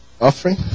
offering